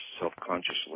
self-consciously